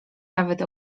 nawet